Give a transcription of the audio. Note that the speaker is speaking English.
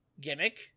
gimmick